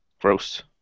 Gross